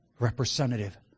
representative